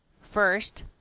First